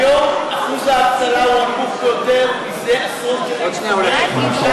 היום אחוז האבטלה הוא הנמוך ביותר זה עשרות שנים,